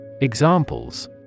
Examples